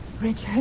Richard